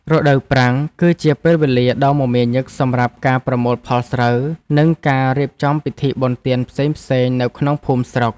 រដូវប្រាំង គឺជាពេលវេលាដ៏មមាញឹកសម្រាប់ការប្រមូលផលស្រូវ និងការរៀបចំពិធីបុណ្យទានផ្សេងៗនៅក្នុងភូមិស្រុក។